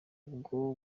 ubwo